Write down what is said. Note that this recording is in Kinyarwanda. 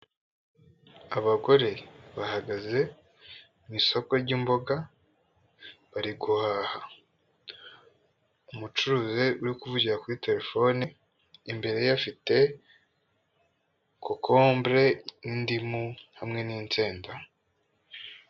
Abagore bahagaze mu isoko ry'imboga bari guhaha, umucuruzi uri kuvugira kuri telefone, imbere ye afite kokombure n'indimu hamwe n'insenda